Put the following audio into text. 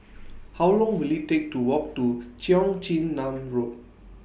How Long Will IT Take to Walk to Cheong Chin Nam Road